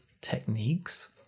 techniques